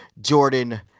Jordan